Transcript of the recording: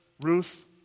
Ruth